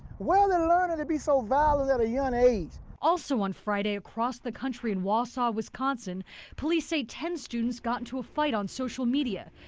where are they learning to be so violent at a young age? also on friday across the country in wausau, wisconsin police say ten students got into a fight on social media.